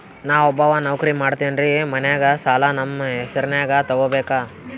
ನಾ ಒಬ್ಬವ ನೌಕ್ರಿ ಮಾಡತೆನ್ರಿ ಮನ್ಯಗ ಸಾಲಾ ನಮ್ ಹೆಸ್ರನ್ಯಾಗ ತೊಗೊಬೇಕ?